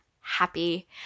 happy